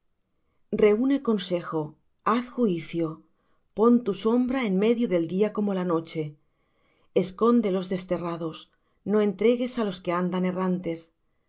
reune consejo haz juicio pon tu sombra en medio del día como la noche esconde los desterrados no entregues á los que andan errantes